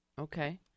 Okay